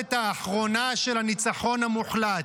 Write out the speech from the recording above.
בישורת האחרונה של הניצחון המוחלט.